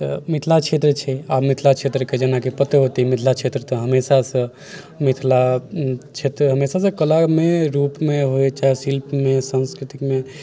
तऽ मिथिला क्षेत्र छै आ मिथिला क्षेत्रके जेनाकि पते होते मिथिला क्षेत्र तऽ हमेशासँ मिथिला क्षेत्र कलामे रूपमे होय चाहे शिल्पमे संस्कृतिमे